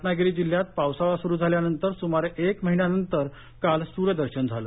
रत्नागिरी जिल्ह्यात पावसाळा सुरू झाल्यानंतर सुमारे एक महिन्यानंतर काल सूर्यदर्शन झालं